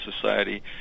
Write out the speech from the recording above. Society